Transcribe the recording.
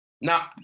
now